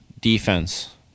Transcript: defense